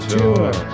Tour